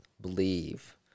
believe